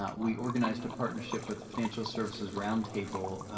ah we organized a partnership with financial services roundtable,